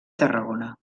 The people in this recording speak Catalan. tarragona